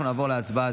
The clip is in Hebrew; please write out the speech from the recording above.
אנחנו נעבור להצבעה.